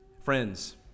Friends